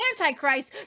Antichrist